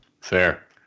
fair